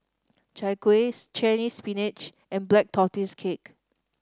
Chai Kueh Chinese Ppinach and Black Tortoise Cake